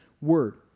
word